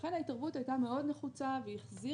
ולכן ההתערבות הייתה מאוד נחוצה והחזירה